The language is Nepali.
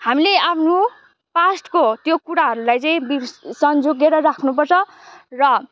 हामीले आफ्नो पास्टको त्यो कुरोहरूलाई चाहिँ सन्जोगेर राख्नु पर्छ र